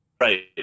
Right